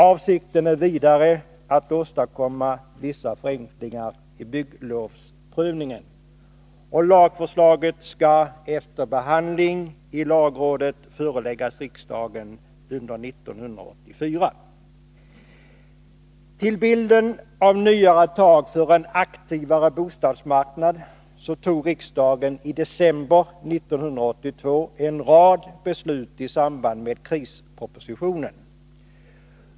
Avsikten är vidare att åstadkomma vissa förenklingar i bygglovsprövningen. Lagförslaget skall efter behandling i lagrådet föreläggas riksdagen under 1984. Till bilden av nyare tag för en aktivare bostadsmarknad hör att riksdagen i december 1982 fattade en rad beslut i samband med krispropositionen.